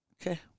Okay